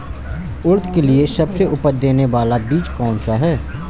उड़द के लिए सबसे अच्छा उपज देने वाला बीज कौनसा है?